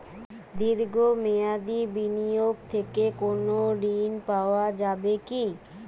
দীর্ঘ মেয়াদি বিনিয়োগ থেকে কোনো ঋন পাওয়া যাবে কী?